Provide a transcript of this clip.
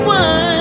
one